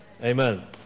Amen